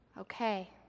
Okay